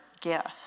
gifts